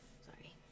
Sorry